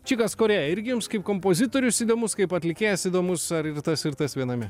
šitas kūrėjas irgi jums kaip kompozitorius įdomus kaip atlikėjas įdomus ar ir tas ir tas viename